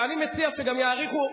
ואני מציע שגם יעריכו,